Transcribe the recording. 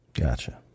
Gotcha